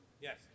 Yes